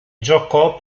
giocò